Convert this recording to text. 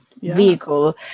vehicle